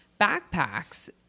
backpacks